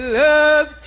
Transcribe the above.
love